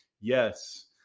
yes